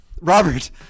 Robert